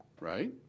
right